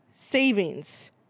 savings